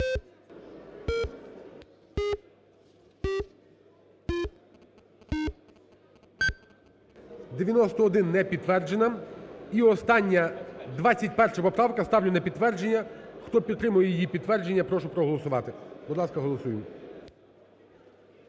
91. Не підтверджена. І остання 21 поправка. Ставлю на підтвердження. Хто підтримує її підтвердження, прошу проголосувати. Будь ласка, голосуємо.